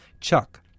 chuck